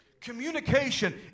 Communication